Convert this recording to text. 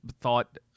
thought